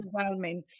overwhelming